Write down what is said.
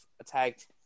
attacked